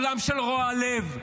עולם של רוע לב,